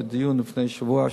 בדיון לפני שבוע,